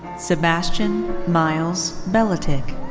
sebastian miles beletic.